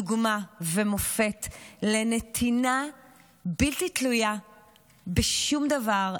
דוגמה ומופת לנתינה בלתי תלויה בשום דבר.